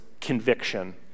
conviction